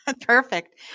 Perfect